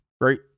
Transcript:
Right